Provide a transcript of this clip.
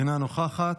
אינה נוכחת,